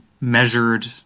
measured